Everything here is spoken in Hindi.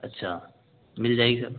अच्छा मिल जाएगी सर